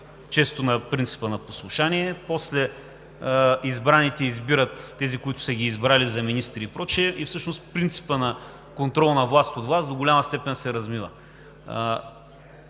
често на принципа на послушание, след това избраните избират тези, които са ги избрали, за министри и прочие, и всъщност принципът на контрол на власт от власт до голяма степен се размива.